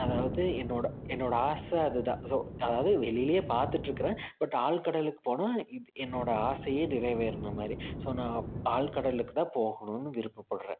அதாவது என்னோட என்னோட ஆசை அதுதான் ஸோ அதாவது வெளிலையே பார்த்துட்ருக்கறேன் பட் ஆழ்கடலுக்கு போனால் இ என்னோடய ஆசையே நிறைவேறின மாதிரி ஸோ நான் ஆழ்கடலுக்குதான் போகணும்னு விருப்பப்படுறேன்